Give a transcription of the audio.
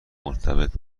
مرتبط